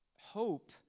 hope